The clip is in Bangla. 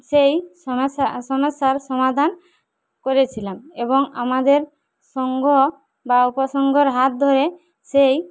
সেই সমস্যা সমস্যার সমাধান করেছিলাম এবং আমাদের সংঘ বা উপসংঘর হাত ধরে সেই